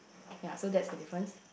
ya so that's the difference